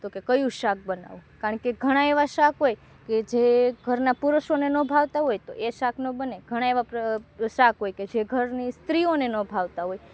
તો કે કયું શાક બનાવું કારણ કે ઘણા એવા શાક હોય કે જે ઘરના પુરુષોને ન ભાવતા હોય તો એ શાકનો બને ઘણા એવા શાક હોય જે ઘરની સ્ત્રીઓને ન ભાવતા હોય